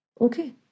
Okay